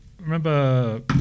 remember